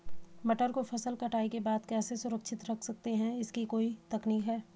मटर को फसल कटाई के बाद कैसे सुरक्षित रख सकते हैं इसकी कोई तकनीक है?